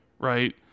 right